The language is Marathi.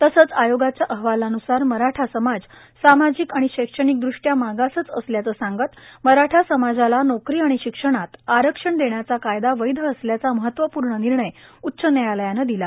तसेच आयोगाच्या अहवालान्सार मराठा समाज सामाजिक आणि शैक्षणिकदृष्ट्या मागासच असल्याचं सांगत मराठा समाजाला नोकरी आणि शिक्षणात आरक्षण देण्याचा कायदा वैध असल्याचा महत्वपूर्ण निर्णय उच्च न्यायालयाने दिला